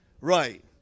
right